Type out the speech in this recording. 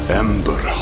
ember